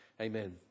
Amen